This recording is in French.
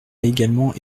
également